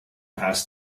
past